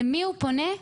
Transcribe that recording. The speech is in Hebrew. למי הוא פונה?